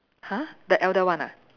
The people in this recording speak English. !huh! the elder one ah